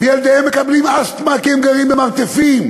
וילדיהם מקבלים אסתמה כי הם גרים במרתפים.